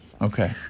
Okay